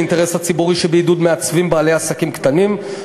האינטרס הציבורי שבעידוד מעצבים בעלי עסקים קטנים,